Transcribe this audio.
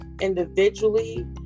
individually